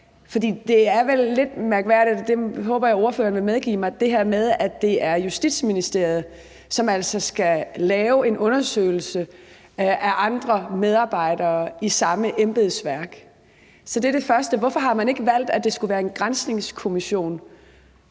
For det er vel lidt mærkværdigt – det håber jeg at ordføreren vil medgive mig – altså det her med, at det er Justitsministeriet, som altså skal lave en undersøgelse af andre medarbejdere i samme embedsværk. Det er det første. Hvorfor har man ikke valgt, at det skulle være en granskningskommission